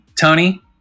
Tony